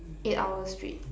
eight hours straight